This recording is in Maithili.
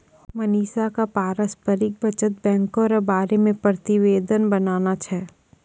मनीषा क पारस्परिक बचत बैंको र बारे मे प्रतिवेदन बनाना छै